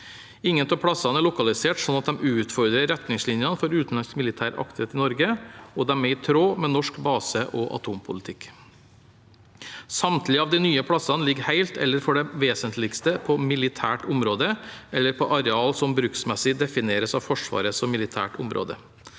Ingen av plassene er lokalisert slik at de utfordrer retningslinjene for utenlandsk militær aktivitet i Norge, og de er i tråd med norsk base- og atompolitikk. Samtlige av de nye plassene ligger helt eller i det vesentligste på militært område eller på areal som bruksmessig defineres av Forsvaret som militært område.